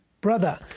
brother